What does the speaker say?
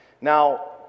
now